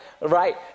Right